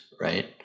right